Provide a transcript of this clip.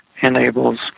enables